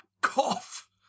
cough